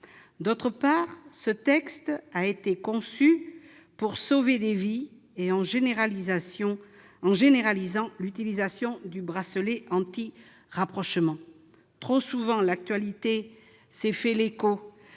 second lieu, ce texte a été conçu pour sauver des vies, en généralisant l'utilisation du bracelet anti-rapprochement. Trop souvent, l'actualité s'est fait l'écho